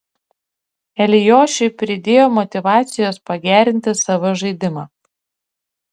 eliošiui pridėjo motyvacijos pagerinti savo žaidimą